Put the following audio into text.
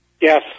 Yes